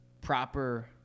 proper